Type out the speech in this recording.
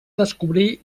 descobrir